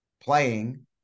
playing